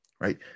right